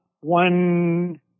one